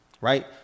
Right